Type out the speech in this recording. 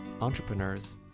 entrepreneurs